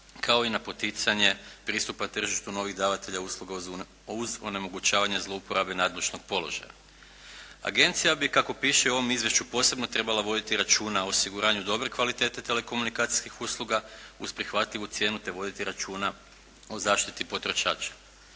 kao i na poticanje pristupa tržištu novih davatelja usluga uz onemogućavanje zlouporabe nadležnog položaja. Agencija bi kako piše u ovom izvješću posebno trebala voditi računa o osiguranju dobre kvalitete telekomunikacijskih usluga uz prihvatljivu cijenu te voditi računa o zaštiti potrošača.